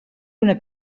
una